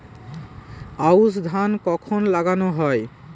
আউশ ধান কখন লাগানো হয়?